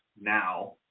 now